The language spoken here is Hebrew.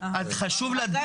אז חשוב להדגיש את זה.